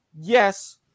yes